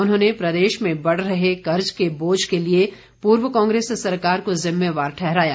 उन्होंने प्रदेश पर बढ़ रहे कर्ज के बोझ के लिए पूर्व कांग्रेस सरकार को जिम्मेदार ठहराया